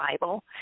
Bible